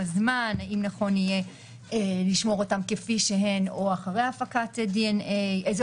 זמן; האם נכון יהיה לשמור אותן כפי שהן או אחרי הפקת דנ"א; איזו